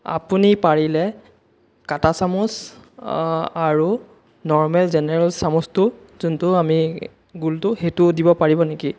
আপুনি পাৰিলে কাটা চামুচ আৰু নৰ্মেল জেনেৰেল চামুচটো যোনটো আমি গোলটো সেইটোও দিব পাৰিব নেকি